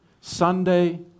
Sunday